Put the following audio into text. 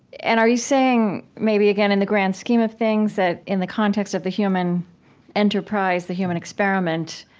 and are you saying, maybe again in the grand scheme of things, that in the context of the human enterprise, the human experiment,